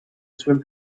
swim